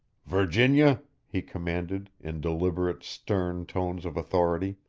virginia, he commanded, in deliberate, stern tones of authority,